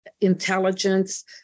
intelligence